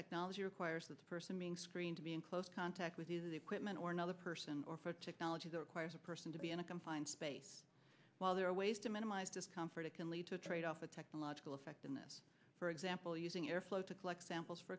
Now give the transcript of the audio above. technology requires the person being screened to be in close contact with either the equipment or another person or for technologies or acquires a person to be in a confined space while there are ways to minimize discomfort it can lead to a trade off a technological effectiveness for example using air flow to collect samples for